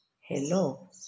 hello